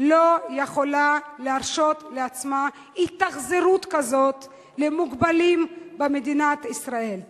לא יכולה להרשות לעצמה התאכזרות כזאת למוגבלים במדינת ישראל יהודית.